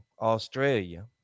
australia